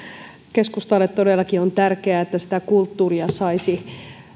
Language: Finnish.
keskustalle todellakin on tärkeää että kulttuuria saisi